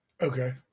okay